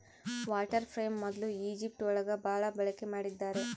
water frame ಮೊದ್ಲು Egypt ಒಳಗ ಭಾಳ ಬಳಕೆ ಮಾಡಿದ್ದಾರೆ